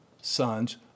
sons